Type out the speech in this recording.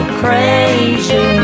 crazy